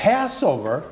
Passover